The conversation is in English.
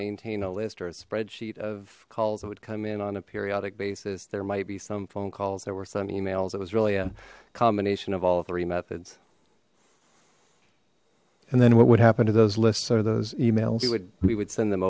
maintain a list or a spreadsheet of calls that would come in on a periodic basis there might be some phone calls there were some emails it was really a combination of all three methods and then what would happen to those lists are those emails we would send them